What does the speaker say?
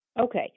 Okay